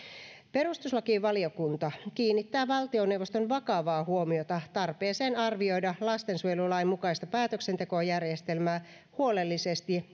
perustuslakivaliokunta kiinnittää valtioneuvoston vakavaa huomiota tarpeeseen arvioida lastensuojelulain mukaista päätöksentekojärjestelmää huolellisesti